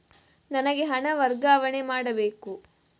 ನನಗೆ ಹಣ ವರ್ಗಾವಣೆ ಮಾಡಬೇಕು